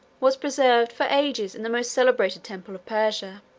was preserved for ages in the most celebrated temple of persia